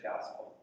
gospel